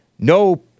No